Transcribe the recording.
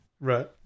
Right